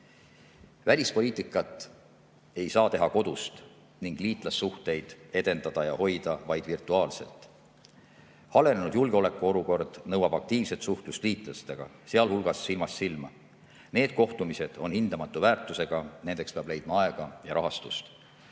Välispoliitikat ei saa teha kodust ning liitlassuhteid edendada ja hoida vaid virtuaalselt. Halvenenud julgeolekuolukord nõuab aktiivset suhtlust liitlastega, sealhulgas silmast silma. Need kohtumised on hindamatu väärtusega, nendeks peab leidma aega ja rahastust.